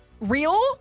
real